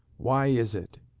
why is it